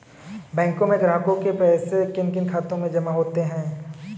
बैंकों में ग्राहकों के पैसे किन किन खातों में जमा होते हैं?